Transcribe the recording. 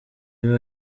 ibe